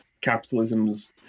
capitalism's